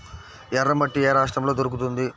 ఎర్రమట్టి ఏ రాష్ట్రంలో దొరుకుతుంది?